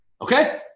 okay